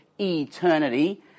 eternity